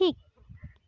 ᱴᱷᱤᱠ